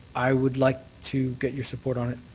i would like to get your support on it.